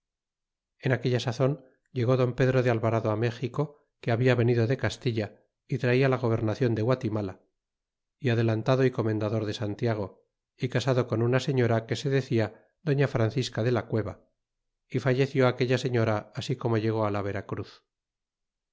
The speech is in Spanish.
en aquella sazon llegó don pedro de alvarado méxico que habia venido de castilla y traia la gobernacion de guatimala adelantado é comendador de santiago y casado con una señora que se decia doña francisca de la cueva y falleció aquella señora así como llegó la vera cruz